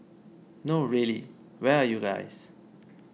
no really where are you guys